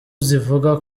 zivuga